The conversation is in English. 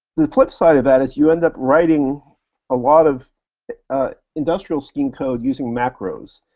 the flipside of that is you end up writing a lot of industrial scheme code using macros.